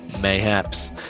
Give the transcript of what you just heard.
mayhaps